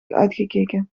uitgekeken